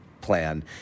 plan